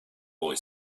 boy